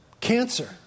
cancer